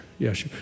Yes